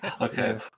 okay